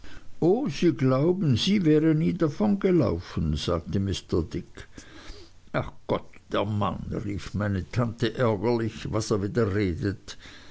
sie glauben sie wäre nie davongelaufen sagte mr dick ach gott der mann rief meine tante ärgerlich was er wieder redet